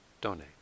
donate